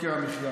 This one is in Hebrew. יוקר המחיה,